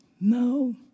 no